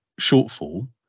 shortfall